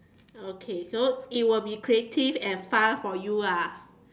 okay so it will be creative and fun for you lah